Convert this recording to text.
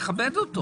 לכבדו.